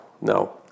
No